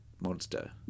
monster